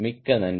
மிக்க நன்றி